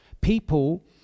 people